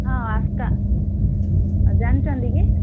ହଁ ଆସ୍କା ଜାଣିଛନ୍ତି କି